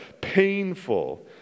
painful